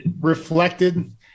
reflected